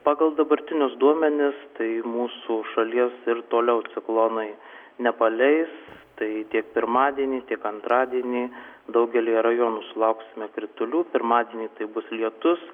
pagal dabartinius duomenis tai mūsų šalies ir toliau ciklonai nepaleis tai tiek pirmadienį tiek antradienį daugelyje rajonų sulauksime kritulių pirmadienį tai bus lietus